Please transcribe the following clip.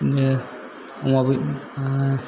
अमा बै